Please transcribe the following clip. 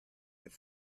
his